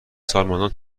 سالمندان